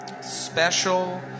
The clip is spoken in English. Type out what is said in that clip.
Special